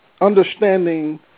understanding